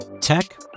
Tech